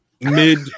mid